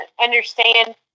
understand